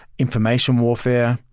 information warfare.